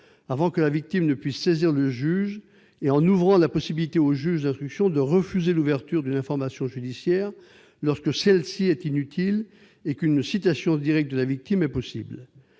avant que la victime ne puisse saisir le juge, et en ouvrant la possibilité au juge d'instruction de refuser l'ouverture d'une information judiciaire, lorsque celle-ci est inutile et qu'une citation directe de la victime est possible.